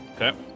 Okay